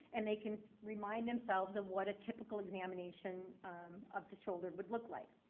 and they can remind themselves of what a typical examination of the shoulder would look like.